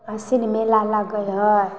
आसिन मेला लागै हइ